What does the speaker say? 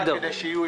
בסדר.